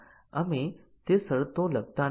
બીજી કન્ડીશનનું મૂલ્યાંકન કરવામાં આવતું નથી